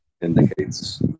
Indicates